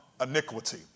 iniquity